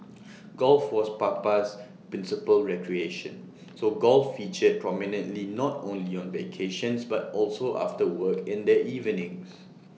golf was Papa's principal recreation so golf featured prominently not only on vacations but also after work in the evenings